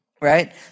Right